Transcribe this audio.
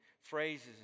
phrases